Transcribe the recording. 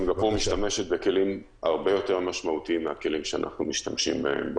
סינגפור משתמשת בכלים הרבה יותר משמעותיים מהכלים שאנחנו משתמשים בהם,